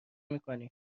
میکنیم